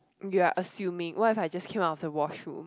you're assuming what if I just came out of the washroom